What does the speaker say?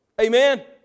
Amen